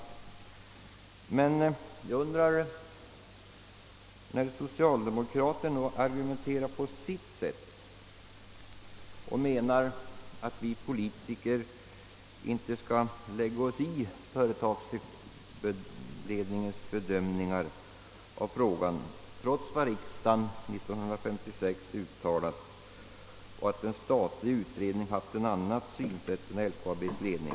Men när socialdemokrater na argumenterar på sitt sätt och menar att vi politiker inte skall lägga oss i företagsledningens bedömningar av frågan, trots riksdagens uttalande 1956 och trots att en statlig utredning intagit en annan ståndpunkt än LKAB:s ledning...